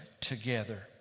Together